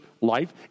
life